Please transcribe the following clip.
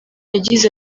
yagize